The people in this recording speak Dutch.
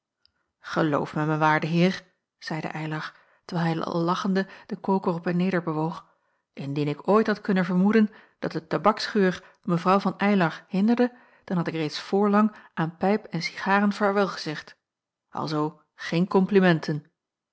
geloof mij mijn waarde heer zeide eylar terwijl hij al lachende den koker op en neder bewoog indien ik ooit had kunnen vermoeden dat de tabaksgeur mevrouw van eylar hinderde dan had ik reeds voorlang aan pijp en cigaren vaarwelgezegd alzoo geen komplimenten